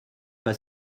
pas